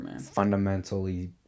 fundamentally